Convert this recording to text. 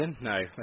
no